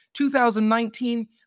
2019